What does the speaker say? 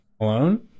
alone